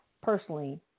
personally